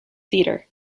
theatre